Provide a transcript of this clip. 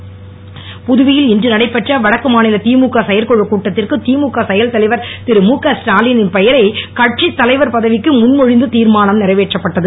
புதுவை தமுக புதுவையில் இன்று நடைபெற்ற வடக்கு மாநில திமுக செயற்குழு கூட்டத்தில் திமுக செயல் தலைவர் திரு முக ஸ்டாலினின் பெயரை கட்சி தலைவர் பதவிக்கு முன் மொழிந்து தீர்மானம் நிறைவேற்றப்பட்டது